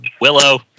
Willow